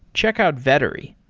check out vettery.